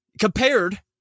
compared